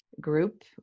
group